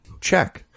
Check